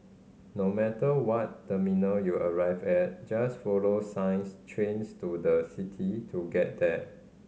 no matter what terminal you arrive at just follow signs Trains to the City to get there